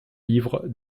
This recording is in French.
ivre